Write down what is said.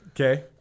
Okay